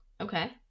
Okay